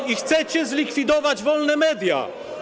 I chcecie zlikwidować wolne media.